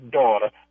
daughter